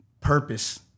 Purpose